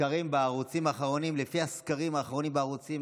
הסקרים בערוצים האחרונים: לפי הסקרים האחרונים בערוצים,